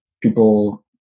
people